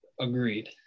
agreed